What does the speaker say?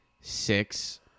six